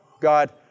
God